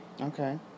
Okay